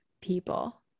people